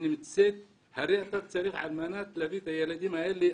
על מנת להביא את הילדים האלה,